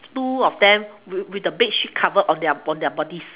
two of them with with the bed sheet covered on their on their bodies